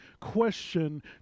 question